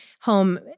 home